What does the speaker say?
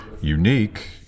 unique